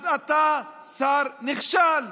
אז אתה שר נכשל.